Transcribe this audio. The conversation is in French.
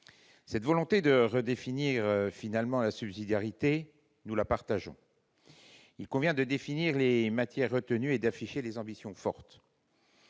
Cette volonté de redéfinir finalement la subsidiarité, nous la partageons. Il convient de définir les matières retenues et d'afficher des ambitions fortes.